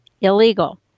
illegal